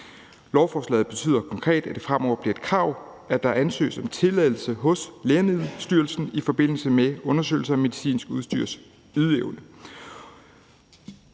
Lovforslaget betyder konkret, at det fremover bliver et krav, at der ansøges om tilladelse hos Lægemiddelstyrelsen i forbindelse med undersøgelser af medicinsk udstyrs ydeevne.